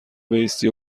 بایستی